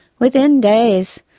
within days,